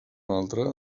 altre